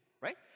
right